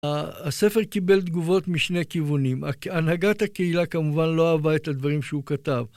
הספר קיבל תגובות משני כיוונים. הנהגת הקהילה כמובן לא אהבה את הדברים שהוא כתב.